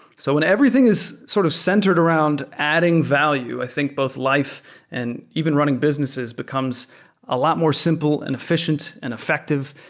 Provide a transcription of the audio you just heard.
so when everything is sort of centered around adding value, i think both life and even running businesses becomes a lot more simple and efficient and effective.